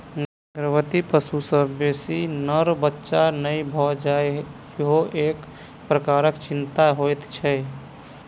गर्भवती पशु सॅ बेसी नर बच्चा नै भ जाय ईहो एक प्रकारक चिंता होइत छै